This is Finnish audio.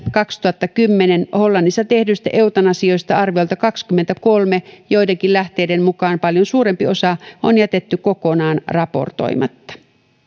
kaksituhattakymmenen hollannissa tehdyistä eutanasioista arviolta kaksikymmentäkolme joidenkin lähteiden mukaan paljon suurempi osa on jätetty kokonaan raportoimatta